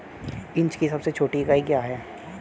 Inch की सबसे छोटी इकाई क्या है?